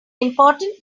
important